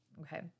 Okay